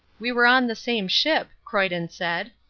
we were on the same ship, croyden said.